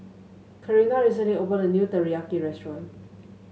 Karina recently opened a new Teriyaki restaurant